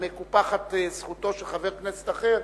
מקופחת גם זכותו של חבר כנסת אחר,